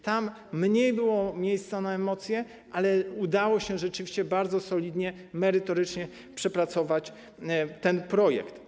Tam mniej było miejsca na emocje, ale udało się rzeczywiście bardzo solidnie, merytorycznie przepracować ten projekt.